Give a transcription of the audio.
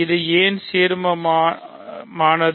இது ஏன் ஒரு சீர்மமானது